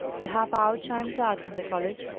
the half-hour chimed out from the college,